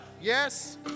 yes